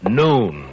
noon